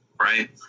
right